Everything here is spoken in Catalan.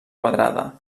quadrada